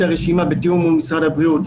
הרשימה הזו בתיאום עם משרד הבריאות,